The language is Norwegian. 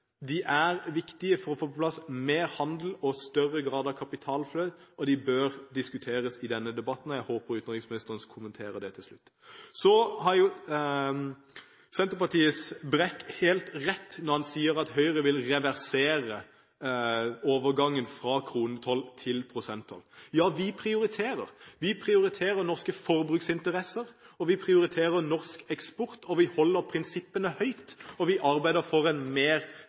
De er viktige for å få på plass mer handel og større grad av kapitalflyt, og de bør diskuteres i denne debatten. Jeg håper utenriksministeren kommenterer det til slutt. Så har Senterpartiets Brekk helt rett når han sier at Høyre vil reversere overgangen fra kronetoll til prosenttoll. Ja, vi prioriterer – vi prioriterer norske forbruksinteresser, og vi prioriterer norsk eksport. Vi holder prinsippene høyt og arbeider for en